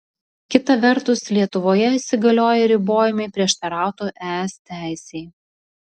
kita vertus lietuvoje įsigalioję ribojimai prieštarautų es teisei